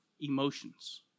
emotions